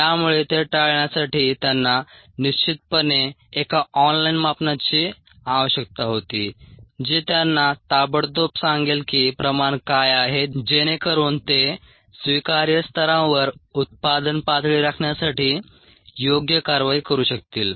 त्यामुळे ते टाळण्यासाठी त्यांना निश्चितपणे एका ऑन लाइन मापनाची आवश्यकता होती जे त्यांना ताबडतोब सांगेल की प्रमाण काय आहे जेणेकरून ते स्वीकार्य स्तरांवर उत्पादन पातळी राखण्यासाठी योग्य कारवाई करू शकतील